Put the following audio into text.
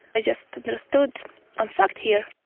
i just understood i'm fucked here